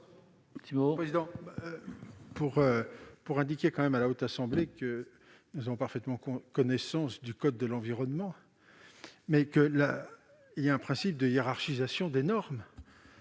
monsieur le président, pour indiquer à la Haute Assemblée que nous avons parfaitement connaissance du code de l'environnement, mais qu'il y a aussi un principe de hiérarchisation des normes.